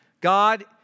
God